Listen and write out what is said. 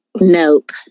Nope